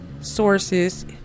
sources